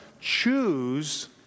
choose